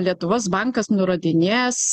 lietuvos bankas nurodinės